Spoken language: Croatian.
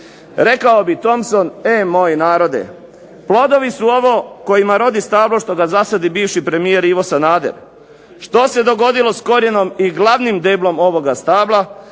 Rekao bi Tompson "E moj narode!" Plodovi su ovo kojima rodi stablo što ga zasadi bivši premijer Ivo Sanader. Što se dogodilo s korijenom i glavnim deblom ovoga stabla?